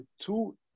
two